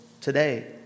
today